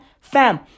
Fam